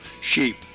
sheep